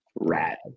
rad